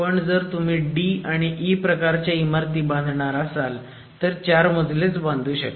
पण जर तुम्ही D आणि E प्रकारच्या इमारती बांधणार असाल तर 4 मजले बांधू शकता